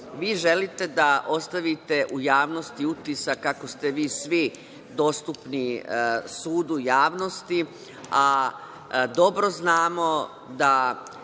želite da ostavite u javnosti utisak kako ste vi svi dostupni sudu javnosti, a dobro znamo da,